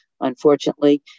unfortunately